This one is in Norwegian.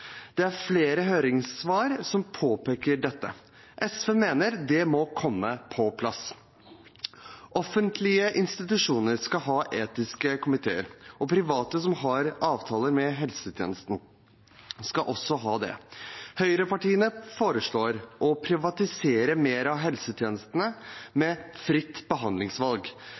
Det er flere høringssvar som påpeker dette. SV mener det må komme på plass. Offentlige institusjoner skal ha etiske komiteer, og private som har avtaler med helsetjenesten, skal også ha det. Høyrepartiene foreslår å privatisere mer av helsetjenestene med fritt behandlingsvalg.